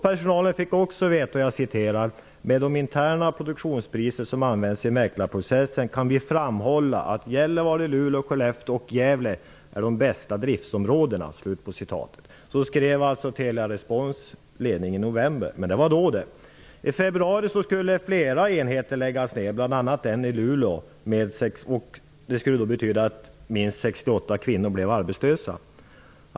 Telerespons ledning skrev: ''Med de interna produktionspriser som används i mäklarprocessen kan vi framhålla att Gällivare, Luleå, Skellefteå och Gävle är de bästa driftsområdena''. -- Så skrev alltså Telerespons ledning i november. Men det var då det! I februari skulle flera enheter läggas ned, bl.a. den i Luleå. Det skulle betyda att minst 68 kvinnor blev arbetslösa.